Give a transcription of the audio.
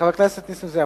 חבר הכנסת נסים זאב,